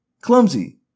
clumsy